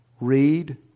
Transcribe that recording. Read